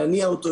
להניע אותו,